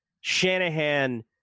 Shanahan